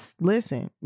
listen